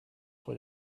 what